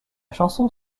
chanson